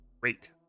great